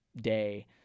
day